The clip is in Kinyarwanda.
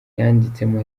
yanditsemo